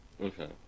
Okay